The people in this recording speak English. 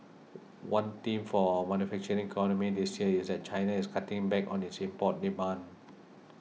one theme for our manufacturing economy this year is that China is cutting back on its import demand